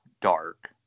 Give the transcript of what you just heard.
dark